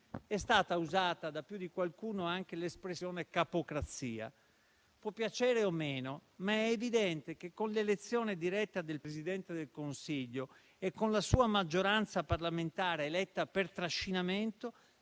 È stata usata da più di qualcuno anche l'espressione "capocrazia", che può piacere o no. Ma è evidente che, con l'elezione diretta del Presidente del Consiglio e con la sua maggioranza parlamentare eletta per trascinamento,